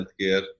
Healthcare